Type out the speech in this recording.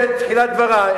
זה תחילת דברי.